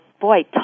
boy